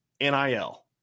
NIL